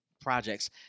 projects